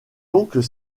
donc